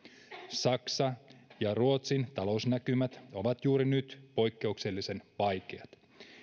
saksan ja ruotsin talousnäkymät ovat juuri nyt poikkeuksellisen vaikeat